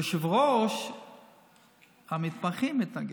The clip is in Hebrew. יושב-ראש המתמחים התנגד.